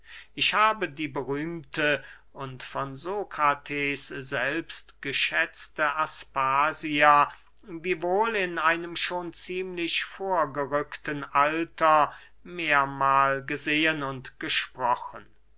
ich habe die berühmte und von sokrates selbst geschätzte aspasia wiewohl in einem schon ziemlich vorgerückten alter mehrmahl gesehen und gesprochen